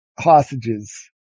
Hostages